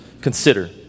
consider